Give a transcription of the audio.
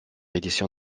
édition